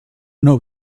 know